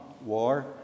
war